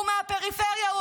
הוא מהפריפריה,